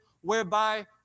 whereby